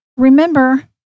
Remember